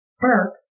Burke